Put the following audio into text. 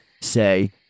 say